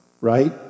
Right